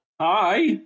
Hi